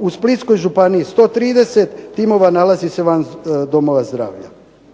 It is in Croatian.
U Splitskoj županiji 130 timova nalazi se van domova zdravlja.